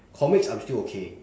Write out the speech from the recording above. comics I'm still okay